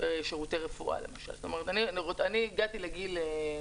חוק הגנת הצרכן,